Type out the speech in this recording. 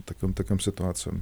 tokiom tokiom situacijom